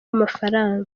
amafranga